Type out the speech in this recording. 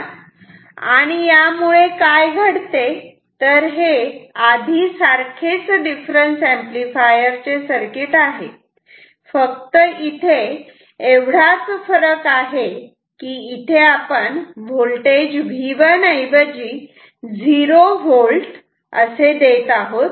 आणि यामुळे काय घडते तर हे आधी सारखेच डिफरन्स एम्पलीफायर चे सर्किट आहे फक्त इथे एवढाच फरक आहे की इथे आपण व्होल्टेज V1 ऐवजी झिरो व्होल्ट देत आहोत